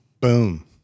Boom